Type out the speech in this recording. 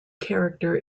character